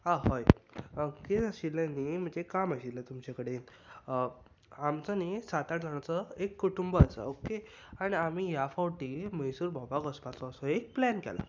आं हय कितें आशिल्लें न्ही म्हजें एक काम आशिल्लें तुमचे कडेन आमचो न्ही सात आठ जाणांचो एक कुटूंब आसा ओके आनी आमी ह्या फावटी म्हैसूर भोंवपाक वचपाचो असो एक प्लॅन केला